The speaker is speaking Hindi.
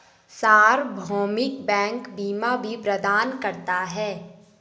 सार्वभौमिक बैंक बीमा भी प्रदान करता है